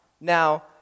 Now